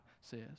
says